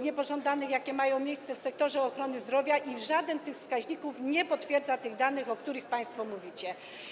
niepożądanych, jakie mają miejsce w sektorze ochrony zdrowia, i żaden z tych wskaźników nie potwierdza tych danych, o których państwo mówicie.